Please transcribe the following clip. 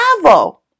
travel